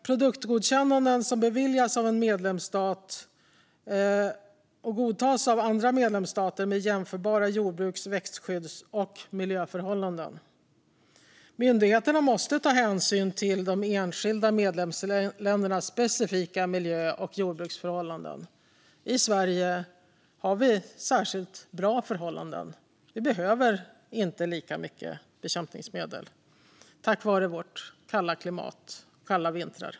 Produktgodkännanden som beviljas av en medlemsstat godtas av andra medlemsstater med jämförbara jordbruks-, växtskydds och miljöförhållanden. Myndigheterna måste ta hänsyn till de enskilda medlemsländernas specifika miljö och jordbruksförhållanden. I Sverige har vi särskilt bra förhållanden - vi behöver inte lika mycket bekämpningsmedel tack vare vårt klimat och våra kalla vintrar.